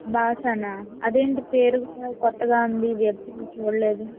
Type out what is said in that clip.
భాష నా అదేంటి పేరు కూడా కొత్తగా ఉంది ఎప్పుడు చూడలేదు